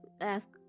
ask